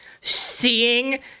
seeing